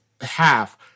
half